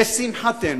לשמחתנו,